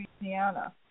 Louisiana